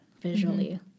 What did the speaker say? visually